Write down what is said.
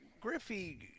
Griffey